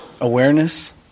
awareness